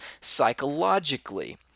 psychologically